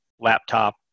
laptop